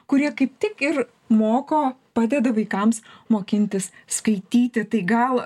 kurie kaip tik ir moko padeda vaikams mokintis skaityti tai gal